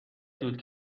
سود